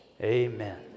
Amen